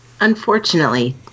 unfortunately